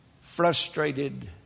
frustrated